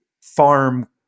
farm